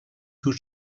two